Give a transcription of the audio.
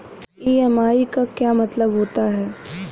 EMI का क्या मतलब होता है?